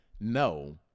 no